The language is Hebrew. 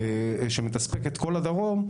שמתספק את כל הדרום,